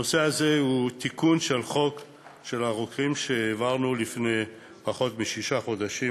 הנושא הזה הוא תיקון של חוק של הרוקחים שהעברנו לפני פחות משישה חודשים,